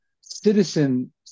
citizen